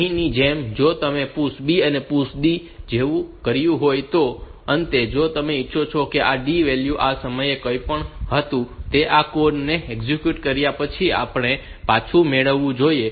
અહીંની જેમ જો તમે PUSH B PUSH D જેવું કર્યું હોય તો અંતે જો તમે ઇચ્છો કે આ D વેલ્યુ આ સમયે જે કંઈપણ હતું તે આ કોડ ને એક્ઝિક્યુટ કર્યા પછી આપણે પાછું મેળવવું જોઈએ